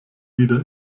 wieder